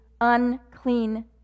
unclean